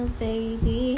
baby